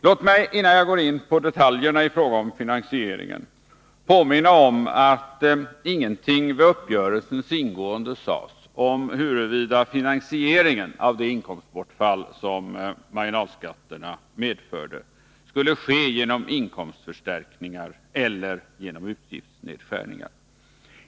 Låt mig innan jag går in på detaljerna i fråga om finansieringen påminna om att ingenting vid uppgörelsens ingående sades om huruvida finansieringen av det inkomstbortfall som de sänkta marginalskatterna medförde skulle ske genom inkomstförstärkningar eller genom utgiftsnedskärningar.